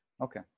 Okay